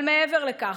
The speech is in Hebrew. אבל מעבר לכך,